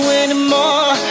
anymore